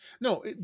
No